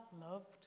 loved